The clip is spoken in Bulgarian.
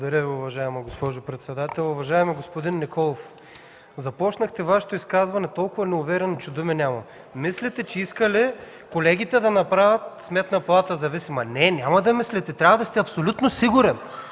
Благодаря Ви, уважаема госпожо председател. Уважаеми господин Николов, започнахте Вашето изказване толкова неуверено, че думи нямам. Мислите, че колегите искат да направят Сметната палата независима? Не, няма да мислите, трябва да сте абсолютно сигурен!